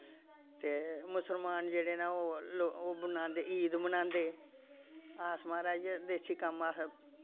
ते मुसलमान जेह्ड़े न ओह् लो ओ मनांदे ईद मनांदे अस माराज देसी कम्म अस